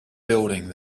building